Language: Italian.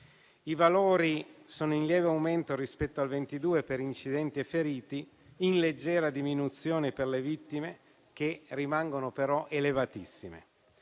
I valori sono in lieve aumento rispetto al 2022 per incidenti e feriti, in leggera diminuzione per le vittime, che rimangono però elevatissime.